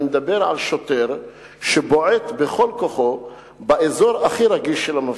אני מדבר על שוטר שבועט בכל כוחו באזור הכי רגיש של המפגין.